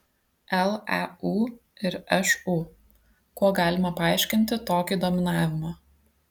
leu ir šu kuo galima paaiškinti tokį dominavimą